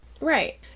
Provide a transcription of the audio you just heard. Right